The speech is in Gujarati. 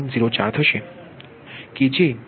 04 આપવામાં આવ્યું છે